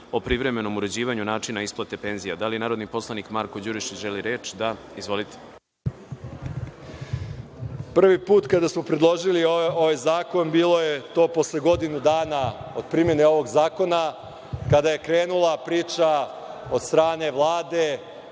Prvi put kada smo predložili ovaj zakon bilo je to posle godinu dana od primene ovog zakona, kada je krenula priča od strane Vlade